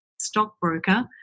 stockbroker